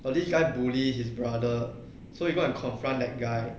but this guy bully his brother so he go and confront that guy